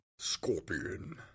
Scorpion